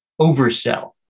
oversell